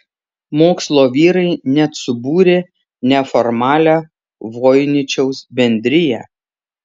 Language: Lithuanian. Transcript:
mokslo vyrai net subūrė neformalią voiničiaus bendriją